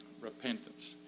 repentance